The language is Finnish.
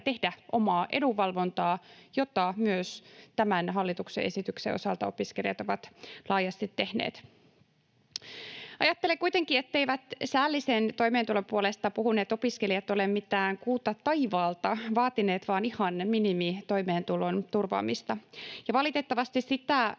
tehdä omaa edunvalvontaa, jota myös tämän hallituksen esityksen osalta opiskelijat ovat laajasti tehneet. Ajattelen kuitenkin, etteivät säällisen toimeentulon puolesta puhuneet opiskelijat ole mitään kuuta taivaalta vaatineet, vaan ihan minimitoimeentulon turvaamista, ja valitettavasti sitä